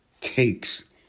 takes